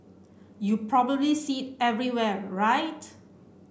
you probably see everywhere right